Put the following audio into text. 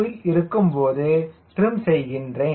2 இருக்கும்போது டிரிம் செய்கின்றேன்